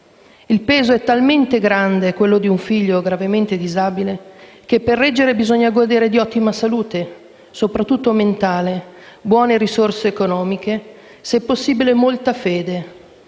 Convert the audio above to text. tutti. È talmente grande il peso di un figlio gravemente disabile, che per reggere bisogna godere di ottima salute, soprattutto mentale, di buone risorse economiche, se possibile di molta fede,